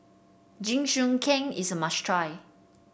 jingisukan is a must try